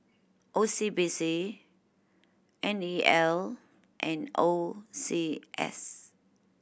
O C B C N E L and O C S